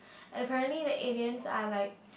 and apparently the aliens are like